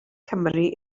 cymru